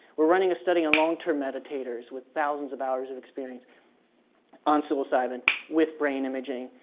we're running a study on long-term meditators with thousands of hours of experience on psilocybin with brain imaging,